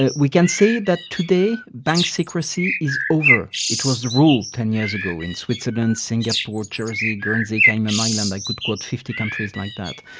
we can say that today bank secrecy is over. it was the rule ten years ago in switzerland, singapore, jersey, guernsey, cayman island i could quote fifty countries like that.